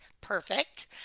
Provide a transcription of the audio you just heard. perfect